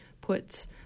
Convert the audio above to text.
puts